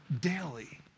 daily